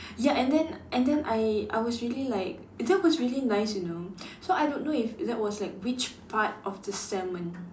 ya and then and then I I was really like that was really nice you know so I don't know if that was like which part of the salmon